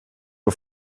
och